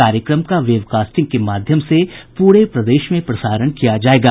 कार्यक्रम का वेबकास्टिंग के माध्यम से पूरे प्रदेश में प्रसारण किया जायेगा